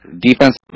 Defense